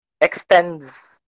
extends